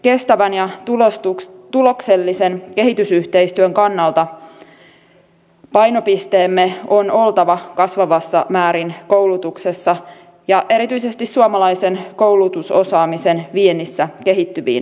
kestävän ja tuloksellisen kehitysyhteistyön kannalta painopisteemme on oltava kasvavassa määrin koulutuksessa ja erityisesti suomalaisen koulutusosaamisen viennissä kehittyviin maihin